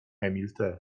emil